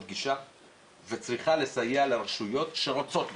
גישה וצריכה לסייע לרשויות שרוצות וכן,